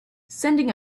sending